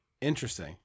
Interesting